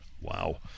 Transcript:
Wow